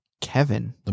Kevin